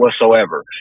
whatsoever